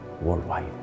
worldwide